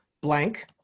blank